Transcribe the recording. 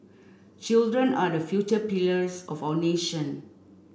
children are the future pillars of our nation